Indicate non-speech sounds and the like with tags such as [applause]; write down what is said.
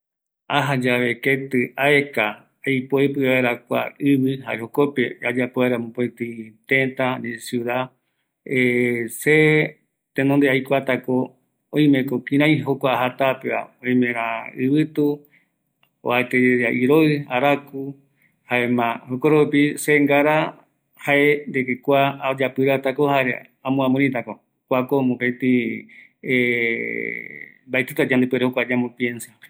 ﻿Ajayave keti aeka, aipoepi vaera kua ivi, jare jokope, ayapo vaera mopeti tëta, ani ciudad [hesitation] se tenonde aikuatako, oimeko kirai jae jokua tapeva, oimera ivitu, oajaeteyera iroi, araku, jaema jokoropi se ngara jae de que kua ayapiratako jare amoamiritako, kuako mopeti [hesitation] mbaetita jokua ñamopiensa